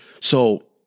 So-